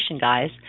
guys